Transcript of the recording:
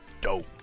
dope